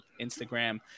Instagram